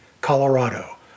Colorado